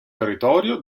territorio